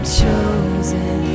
chosen